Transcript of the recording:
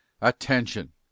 Attention